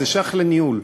זה שייך לניהול.